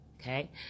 Okay